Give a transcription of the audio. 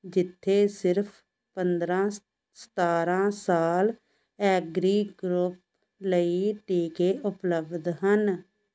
ਜਿੱਥੇ ਸਿਰਫ਼ ਪੰਦਰ੍ਹਾਂ ਸਤਾਰ੍ਹਾਂ ਸਾਲ ਐਗਰੀ ਗਰੁੱਪ ਲਈ ਟੀਕੇ ਉਪਲਬਧ ਹਨ